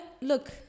look